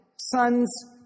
sons